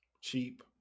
cheap